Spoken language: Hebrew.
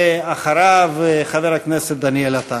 אחריו, חבר הכנסת דניאל עטר.